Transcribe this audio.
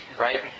right